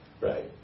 Right